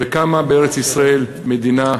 וקמה בארץ-ישראל מדינה יהודית,